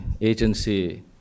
agency